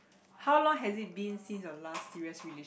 how long has it been since your last serious relation~